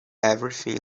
everything